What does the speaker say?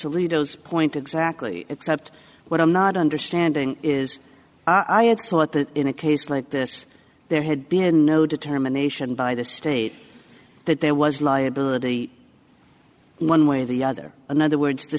is point exactly except what i'm not understanding is i had thought that in a case like this there had been no determination by the state that there was liability one way or the other another words the